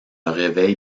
réveil